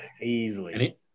Easily